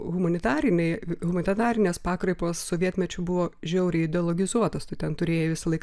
humanitariniai humanitarinės pakraipos sovietmečiu buvo žiauriai ideologizuotos tu ten turėjai visą laiką